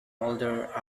older